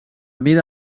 mida